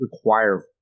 require